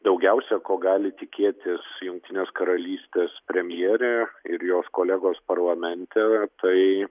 daugiausia ko gali tikėtis jungtinės karalystės premjerė ir jos kolegos parlamente tai